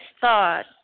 thought